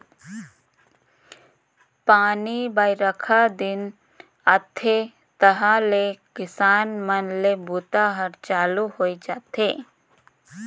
पानी बाईरखा दिन आथे तहाँले किसान मन के बूता हर चालू होए जाथे